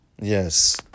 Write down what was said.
Yes